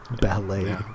ballet